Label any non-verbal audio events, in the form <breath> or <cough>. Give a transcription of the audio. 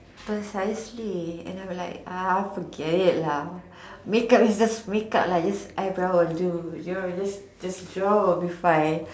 precisely <breath> and I'm like uh forget it lah makeup is just makeup lah just eyebrow will do you know just just draw will be fine